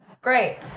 great